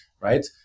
right